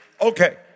okay